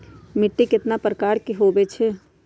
मिट्टी कतना प्रकार के होवैछे?